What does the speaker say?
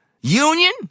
Union